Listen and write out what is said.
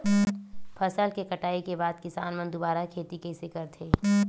फसल के कटाई के बाद किसान मन दुबारा खेती कइसे करथे?